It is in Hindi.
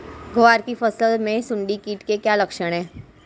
ग्वार की फसल में सुंडी कीट के क्या लक्षण है?